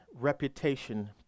reputation